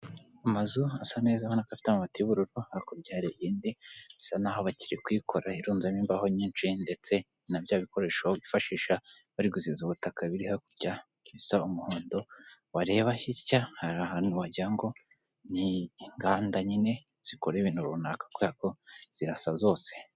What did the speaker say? Amazu asa neza ubona ko afite amabati y'ubururu hakurya hari indi bisa nkaho bakiri kuyikora irundamo imbaho nyinshi. ndetse na bya bikoresho bifashisha bari gusiza ubutaka, biri hakurya bisa n'umuhondo wareba hirya, hari ahantu wagira ngo ni inganda nyine zikora ibintu runaka kubera ko zirasa zose.